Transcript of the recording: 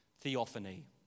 theophany